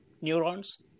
neurons